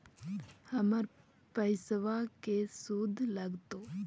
हमर पैसाबा के शुद्ध लगतै?